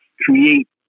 create